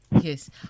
Yes